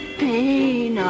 pain